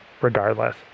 regardless